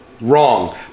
Wrong